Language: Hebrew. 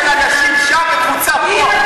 יש קבוצה של אנשים שם, וקבוצה פה.